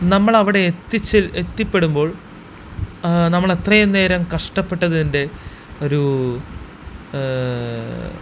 നമ്മളവിടെ എത്തിച്ചെൽ എത്തിപ്പെടുമ്പോൾ നമ്മളത്രയും നേരം കഷ്ട്ടപ്പെട്ടതിൻ്റെ ഒരു